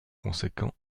conséquent